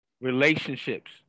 relationships